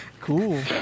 Cool